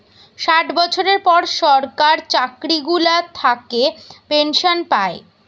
ষাট বছরের পর সরকার চাকরি গুলা থাকে পেনসন পায়